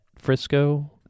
frisco